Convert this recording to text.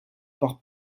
par